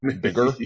bigger